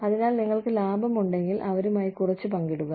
അതിനാൽ നിങ്ങൾക്ക് ലാഭമുണ്ടെങ്കിൽ അവരുമായി കുറച്ച് പങ്കിടുക